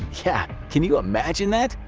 yep, can you imagine that!